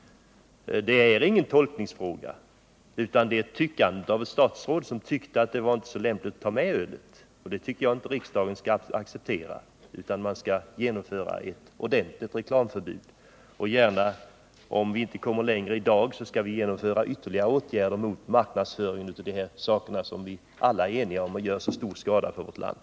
Det är inte fråga om tolkningar utan om tyckande — det var ett statsråd som tyckte att det inte var lämpligt att ta med öl i reklamförbudet. Det anser jag inte att riksdagen skall acceptera, utan riksdagen skall genomföra ett ordentligt reklamförbud. Om vi inte kommer så långt i dag kan vi gärna senare genomföra ytterligare åtgärder mot marknadsföring av dessa varor, som vi alla är eniga om skadar vårt land.